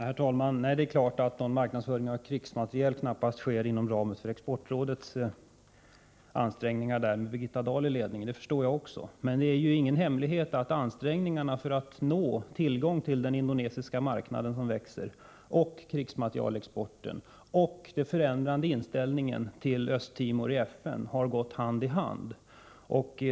Herr talman! Det är klart att någon marknadsföring av krigsmateriel knappast sker inom ramen för exportrådets ansträngningar, med Birgitta Dahl i ledningen. Det förstår också jag. Men det är ju ingen hemlighet att ansträngningarna för att få tillgång till den indonesiska marknaden, som växer, krigsmaterielexporten och den förändrade inställningen i FN till Östtimor har gått hand i hand.